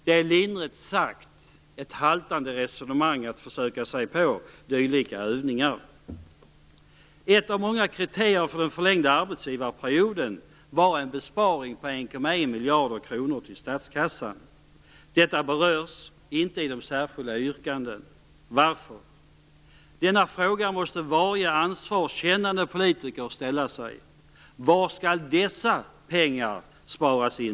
Det är lindrigt sagt ett haltande resonemang. Ett av många skäl för den förlängda arbetsgivarperioden var att den skulle ge en besparing på 1,1 miljarder kronor till statskassan. Detta berörs inte i de särskilda yttrandena. Varför? Denna fråga måste varje ansvarskännande politiker ställa sig. Var skall dessa pengar då sparas in?